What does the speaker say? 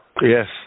yes